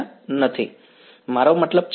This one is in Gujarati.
વિદ્યાર્થી મારો મતલબ છે